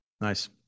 Nice